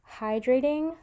hydrating